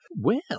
Well